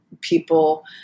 people –